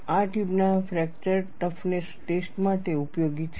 આ ટ્યુબના fracture toughness test માટે ઉપયોગી છે